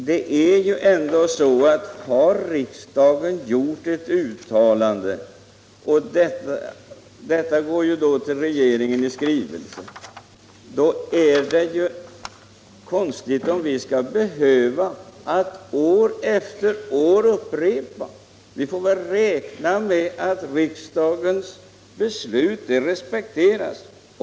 Herr talman! Det är ändå så att när riksdagen har gjort ett uttalande = Bidrag till folkbi —- detta går ju till regeringen i skrivelse — vore det väl konstigt om vi = bliotek år efter år skulle behöva upprepa det. Vi får väl i stället räkna med att riksdagens beslut respekteras.